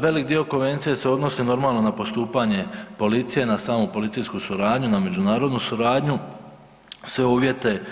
Velik dio konvencije se odnosi normalno na postupanje policije, na samu policijsku suradnju, na međunarodnu suradnju, sve uvjete